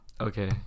Okay